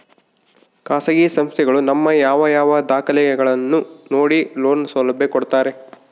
ಖಾಸಗಿ ಸಂಸ್ಥೆಗಳು ನಮ್ಮ ಯಾವ ಯಾವ ದಾಖಲೆಗಳನ್ನು ನೋಡಿ ಲೋನ್ ಸೌಲಭ್ಯ ಕೊಡ್ತಾರೆ?